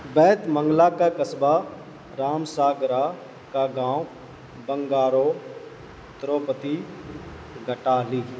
بیت منگلا کا قصبہ رام ساگر کا گاؤں بنگارو تروپتی گٹاہلی